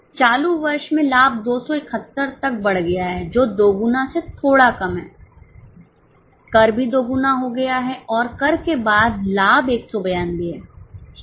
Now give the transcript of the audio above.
चालू वर्ष में लाभ 271 तक बढ़ गया हैजो दोगुना सेथोड़ा कम है कर भी दोगुना हो गया है और कर के बाद लाभ 192 है ठीक है